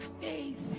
faith